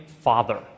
father